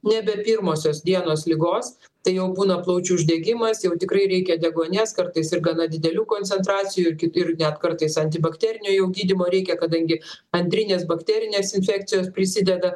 nebe pirmosios dienos ligos tai jau būna plaučių uždegimas jau tikrai reikia deguonies kartais ir gana didelių koncentracijų ir net kartais antibakterinio jau gydymo reikia kadangi antrinės bakterinės infekcijos prisideda